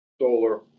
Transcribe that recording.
solar